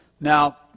Now